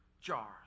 jars